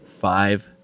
five